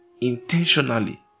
intentionally